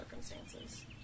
circumstances